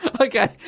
Okay